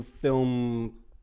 film